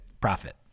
profit